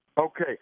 Okay